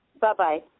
Bye-bye